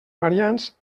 variants